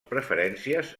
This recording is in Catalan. preferències